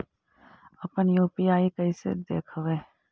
अपन यु.पी.आई कैसे देखबै?